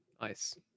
Nice